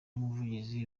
muvugizi